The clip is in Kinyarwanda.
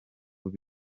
ubu